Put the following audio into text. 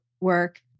work